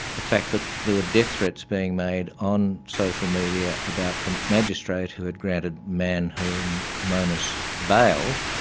the fact that there were death threats being made on social media about the magistrate who had granted man haron monis bail.